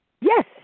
Yes